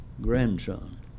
grandson